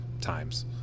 times